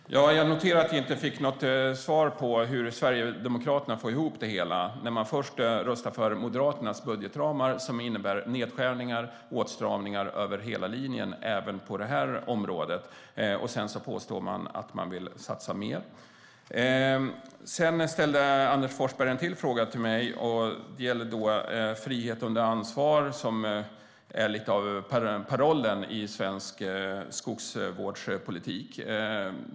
Herr talman! Jag noterar att jag inte fick något svar på hur Sverigedemokraterna får ihop det hela. Först röstar man för Moderaternas budgetramar, som innebär nedskärningar och åtstramningar över hela linjen, även på detta område. Sedan påstår man att man vill satsa mer. Anders Forsberg ställde en fråga till mig om frihet under ansvar, som är lite av en paroll för svensk skogsvårdspolitik.